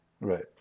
Right